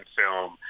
film